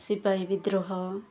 ସିପାହୀ ବିଦ୍ରୋହ